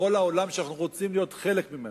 בכל העולם שאנחנו רוצים להיות חלק ממנו,